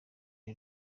iri